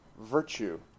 virtue